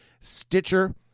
Stitcher